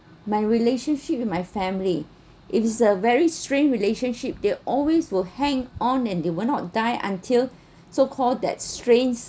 my relationship with my family it is a very strained relationship they always will hang on and they will not die until so call that strains